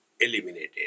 eliminated